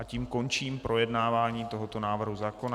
Tím končím projednávání tohoto návrhu zákona.